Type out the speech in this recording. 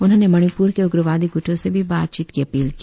उन्होंने मणिपूर के उग्रवादी गूटों से भी बातचीत की अपील की